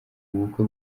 bukwe